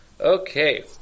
Okay